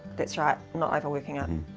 that's right, i'm not overworking um